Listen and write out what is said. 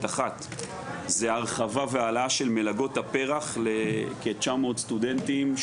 אחת זה הרחבה והעלאה של מלגות הפרח ל-900 סטודנטים,